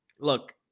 Look